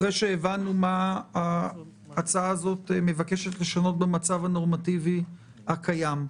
אחרי שהבנו מה ההצעה הזאת מבקשת לשנות במצב הנורמטיבי הקיים,